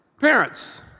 Parents